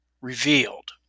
revealed